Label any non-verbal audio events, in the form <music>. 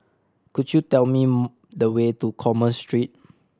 could you tell me <unintelligible> the way to Commerce Street